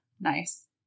Nice